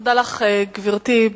תודה לך, גברתי.